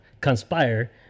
conspire